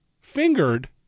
fingered